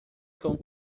com